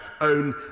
own